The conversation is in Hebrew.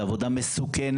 זאת עבודה מסוכנת,